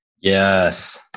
Yes